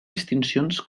distincions